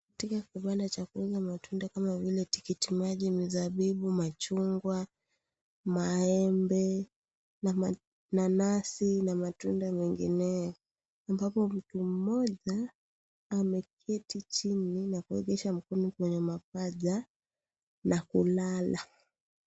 Katika kibanda cha kuuza matunda kama vile, tikitiki maji, mzabibu, machungwa, maembe, nanasi na matunda mengineyo. Ambapo mtu mmoja, ameketi chini na kuwekesha mikono kwenye mapaja na kulala.